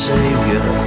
Savior